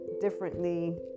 differently